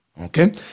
okay